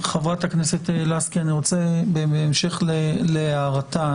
חברת הכנסת לסקי, בהמשך להערתה,